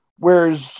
Whereas